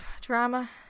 drama